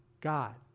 God